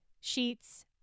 sheets